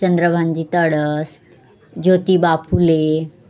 Chandrabhanji Tadas Jyotiba Phule